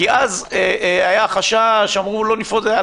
כי אז היה חשש וביקשו לא לפרוץ את זה,